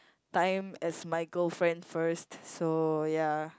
time as my girlfriend first so ya